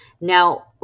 now